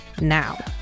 now